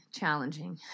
challenging